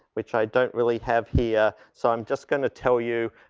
which i don't really have here. so i'm just going to tell you